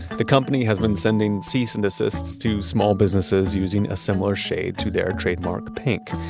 the company has been sending cease and desists to small businesses using a similar shade to their trademark pink.